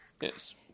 Yes